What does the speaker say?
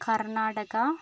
Karnataka